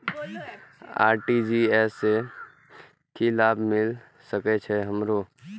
RTGS से की लाभ मिल सके छे हमरो?